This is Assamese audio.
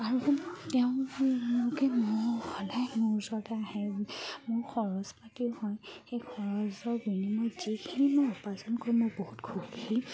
আৰু কোনো তেওঁলোকে মোৰ সদায় মোৰ ওচৰতে আহে মোৰ খৰচ পাতিও হয় সেই খৰচৰ বিনিময়ত যিখিনি মই উপাৰ্জন কৰি মোৰ বহুত সুখী